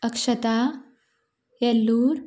Akshata Yellur